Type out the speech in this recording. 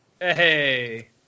hey